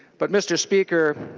but mr. speaker